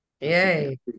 Yay